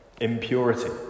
impurity